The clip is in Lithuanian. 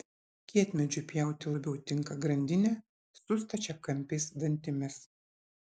kietmedžiui pjauti labiau tinka grandinė su stačiakampiais dantimis